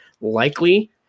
likely